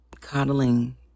coddling